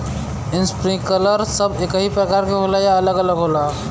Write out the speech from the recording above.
Sprinkler सब एकही प्रकार के होला या अलग अलग होला?